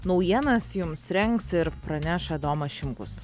naujienas jums rengs ir praneš adomas šimkus